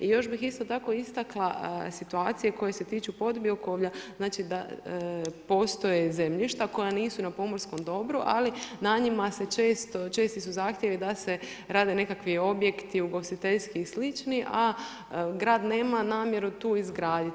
I još bih isto tako istakla situacije koje se tiču podbiokovlja, znači da postoje zemljišta koja nisu na pomorskom dobru, ali na njima se često, česti su zahtjevi da se rade nekakvi objekti ugostiteljski i slični, a grad nema namjeru tu izgraditi.